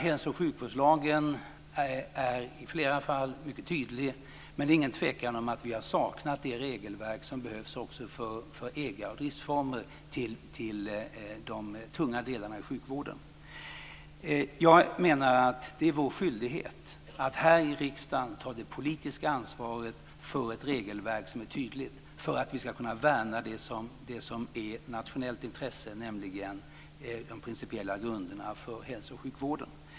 Hälso och sjukvårdslagen är i flera fall mycket tydlig. Men det är ingen tvekan om att vi har saknat det regelverk som behövs också för ägar och driftsformer till de tunga delarna i sjukvården. Jag menar att det är vår skyldighet att här i riksdagen ta det politiska ansvaret för ett regelverk som är tydligt för att vi ska kunna värna det som är ett nationellt intresse, nämligen de principiella grunderna för hälso och sjukvården.